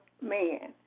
man